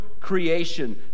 creation